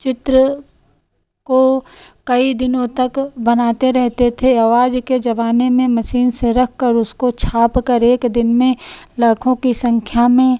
चित्र को कई दिनों तक बनाते रहते थे और आज के ज़माने में मशीन से रखकर उसको छापकर एक दिन में लाखों की सँख्या में